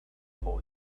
boy